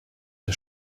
der